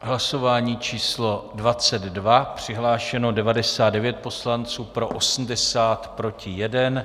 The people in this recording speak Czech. Hlasování číslo 22, přihlášeno 99 poslanců, pro 80, proti 1.